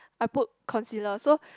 I put concealer so